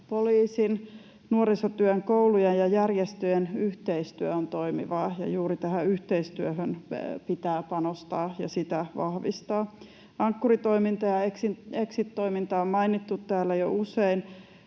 Poliisin, nuorisotyön, koulujen ja järjestöjen yhteistyö on toimivaa, ja juuri tähän yhteistyöhön pitää panostaa ja sitä vahvistaa. Ankkuri-toiminta ja exit-toiminta on mainittu täällä jo usein,